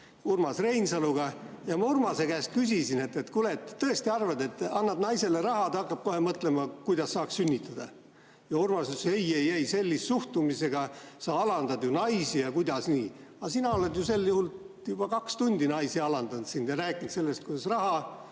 Urmas Reinsaluga ja ma Urmase käest küsisin, et kuule, kas sa tõesti arvad, et annad naisele raha ja ta hakkab kohe mõtlema, kuidas saaks sünnitada. Ja Urmas ütles, et ei, ei, ei, sellise suhtumisega sa alandad ju naisi ja kuidas nii. Aga sina oled ju sel juhul juba kaks tundi naisi alandanud siin ja rääkinud sellest, kuidas raha